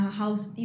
house